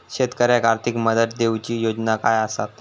शेतकऱ्याक आर्थिक मदत देऊची योजना काय आसत?